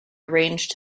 arranged